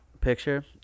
picture